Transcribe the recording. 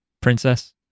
princess